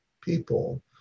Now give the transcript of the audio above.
people